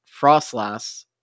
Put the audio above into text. Frostlass